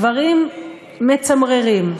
דברים מצמררים.